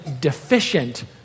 deficient